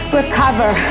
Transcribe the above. Recover